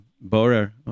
borer